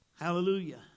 Hallelujah